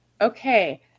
Okay